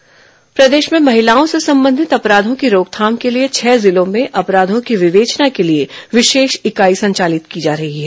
अपराध विवेचना इकाई प्रदेश में महिलाओं से संबंधित अपराधों की रोकथाम के लिए छह जिलों में अपराधों की विवेचना के लिए विशेष इकाई संचालित की जा रही है